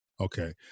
okay